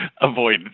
avoid